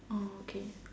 okay